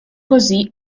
così